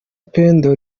pendo